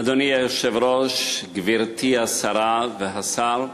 אדוני היושב-ראש, גברתי השרה והשר,